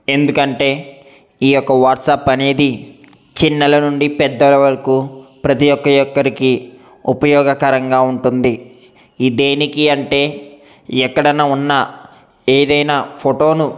ఎందుకంటే ఈయొక్క వాట్సాప్ అనేది చిన్నల నుండి పెద్దల వరకు ప్రతీ ఒక ఒక్కరికి ఉపయోగకరంగా ఉంటుంది ఈ దేనికి అంటే ఎక్కడైనా ఉన్న ఏదైనా ఫొటోను